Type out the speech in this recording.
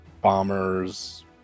bombers